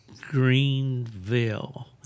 Greenville